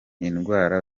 indwara